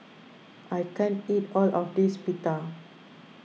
I can't eat all of this Pita